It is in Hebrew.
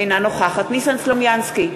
אינה נוכחת ניסן סלומינסקי,